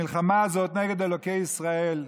המלחמה הזאת נגד אלוקי ישראל,